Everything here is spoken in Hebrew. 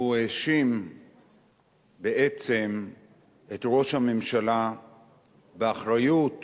הוא האשים בעצם את ראש הממשלה באחריות